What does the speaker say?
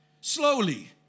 slowly